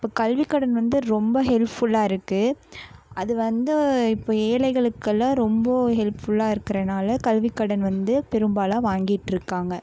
இப்போ கல்விக்கடன் வந்து ரொம்ப ஹெல்ப்ஃபுல்லாக இருக்குது அது வந்து இப்போ ஏழைகளுக்கெல்லாம் ரொம்ப ஹெல்ப்ஃபுல்லாக இருக்கிறனால கல்விக்கடன் வந்து பெரும்பாலு வாங்கிட்டிருக்காங்க